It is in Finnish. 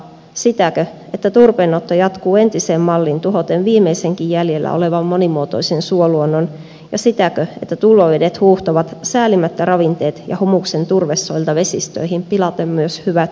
sitäkö että turpeenotto jatkuu entiseen malliin tuhoten viimeisenkin jäljellä olevan monimuotoisen suoluonnon ja sitäkö että tulvavedet huuhtovat säälimättä ravinteet ja humuksen turvesoilta vesistöihin pilaten myös hyvät uimavedet